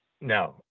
No